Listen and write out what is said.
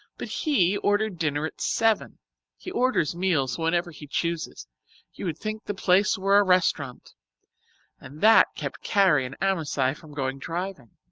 but he ordered dinner at seven he orders meals whenever he chooses you would think the place were a restaurant and that kept carrie and amasai from going driving.